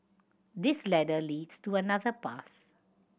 this ladder leads to another path